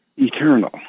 eternal